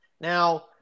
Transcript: Now